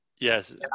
yes